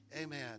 amen